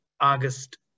August